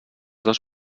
dos